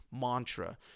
mantra